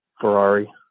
Ferrari